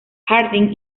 harding